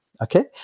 Okay